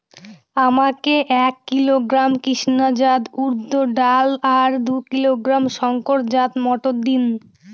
আমাকে এক কিলোগ্রাম কৃষ্ণা জাত উর্দ ডাল আর দু কিলোগ্রাম শঙ্কর জাত মোটর দিন?